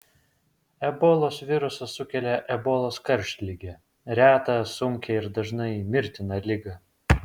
ebolos virusas sukelia ebolos karštligę retą sunkią ir dažnai mirtiną ligą